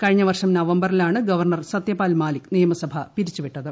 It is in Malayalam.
കഴിഞ്ഞ വർഷം നവംബറിലാണ് ഗവർണ്ണർ സത്യപാൽ മാലിക് നിയമസഭ പിരിച്ചുവിട്ടത്